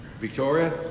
Victoria